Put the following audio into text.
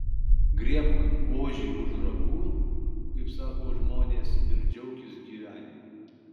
griebk ožį už ragų kaip sako žmonės ir džiaukis gyvenimu